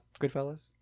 Goodfellas